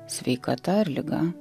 sveikata ar liga